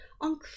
on